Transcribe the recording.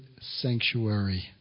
sanctuary